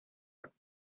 but